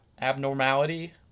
abnormality